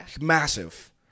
massive